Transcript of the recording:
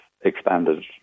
expanded